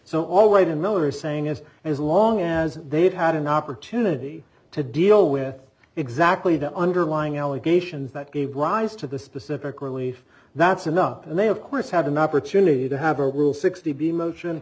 so all right and miller is saying is as long as they've had an opportunity to deal with exactly the underlying allegations that gave rise to the specific relief that's enough and they of course have an opportunity to have a will sixty be motion